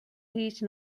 هیچ